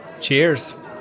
Cheers